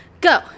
go